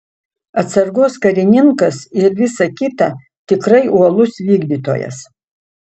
atsargos karininkas ir visa kita tikrai uolus vykdytojas